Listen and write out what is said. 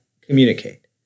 communicate